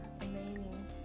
amazing